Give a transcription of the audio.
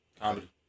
Comedy